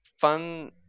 fun